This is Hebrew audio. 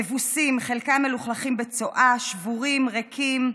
אבוסים, חלקם מלוכלכים בצואה, שבורים, ריקים.